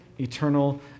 eternal